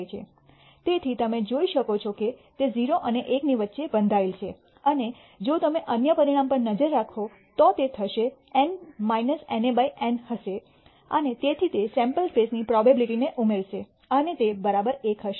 તેથી તમે જોઈ શકો છો કે તે 0 અને 1 ની વચ્ચે બંધાયેલ છે અને જો તમે અન્ય પરિણામ પર નજર નાખો તો તે થશે N NA બાય N હશે અને તેથી તે સેમ્પલ સ્પેસની પ્રોબેબીલીટીને ઉમેરશે અને તે 1 હશે